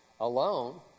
alone